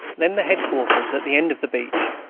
then the head-quarters at the end of the beach,